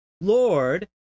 Lord